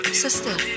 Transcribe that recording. sister